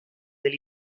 del